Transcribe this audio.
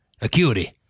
acuity